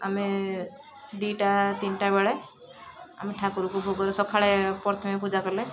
ଆମେ ଦୁଇଟା ତିନିଟା ବେଳେ ଆମେ ଠାକୁର ସଖାଳେ ପ୍ରଥମେ ପୂଜା କଲେ